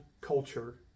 culture